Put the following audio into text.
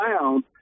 found